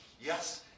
yes